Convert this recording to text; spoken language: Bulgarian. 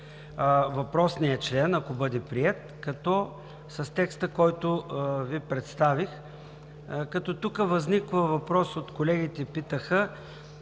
въпросният член, ако бъде приет, като с текста, който Ви представих, тук възниква въпрос. Колегите питаха